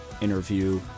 interview